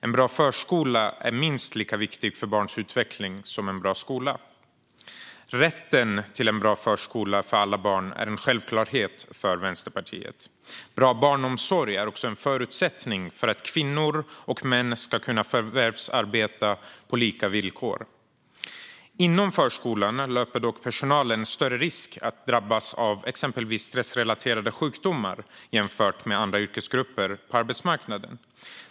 En bra förskola är minst lika viktig för barns utveckling som en bra skola. Rätten till en bra förskola för alla barn är en självklarhet för Vänsterpartiet. Bra barnomsorg är också en förutsättning för att kvinnor och män ska kunna förvärvsarbeta på lika villkor. Inom förskolan löper dock personalen större risk än andra yrkesgrupper på arbetsmarknaden att drabbas av exempelvis stressrelaterade sjukdomar.